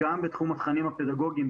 גם בתחום התכנים הפדגוגיים,